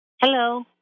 Hello